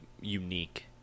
unique